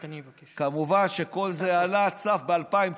כמובן שכל זה עלה, צף, ב-2019,